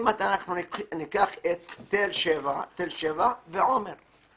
אם ניקח את תל שבע לעומת עומר.